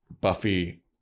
Buffy